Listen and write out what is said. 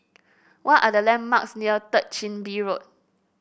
what are the landmarks near Third Chin Bee Road